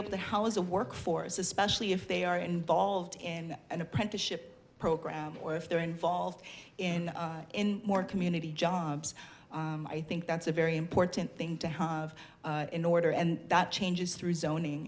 a workforce especially if they are involved in an apprenticeship program or if they're involved in more community jobs i think that's a very important thing to have in order and that changes through zoning